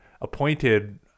appointed